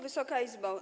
Wysoka Izbo!